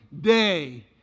day